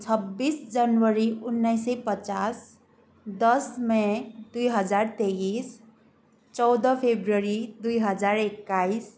छब्बिस जनवरी उन्नाइस सय पचास दस मई दुई हजार तेइस चौध फेब्रुअरी दुई हजार एक्काइस